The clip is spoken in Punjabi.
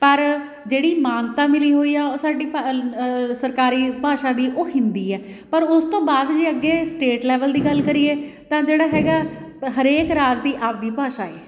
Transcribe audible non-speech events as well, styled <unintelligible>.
ਪਰ ਜਿਹੜੀ ਮਾਨਤਾ ਮਿਲੀ ਹੋਈ ਆ ਉਹ ਸਾਡੀ <unintelligible> ਸਰਕਾਰੀ ਭਾਸ਼ਾ ਦੀ ਉਹ ਹਿੰਦੀ ਹੈ ਪਰ ਉਸ ਤੋਂ ਬਾਅਦ ਜੇ ਅੱਗੇ ਸਟੇਟ ਲੈਵਲ ਦੀ ਗੱਲ ਕਰੀਏ ਤਾਂ ਜਿਹੜਾ ਹੈਗਾ ਹਰੇਕ ਰਾਜ ਦੀ ਆਪਣੀ ਭਾਸ਼ਾ ਹੈ